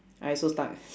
I also stuck